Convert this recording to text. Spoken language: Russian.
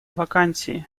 вакансии